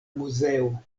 muzeo